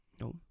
No